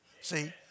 See